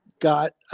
got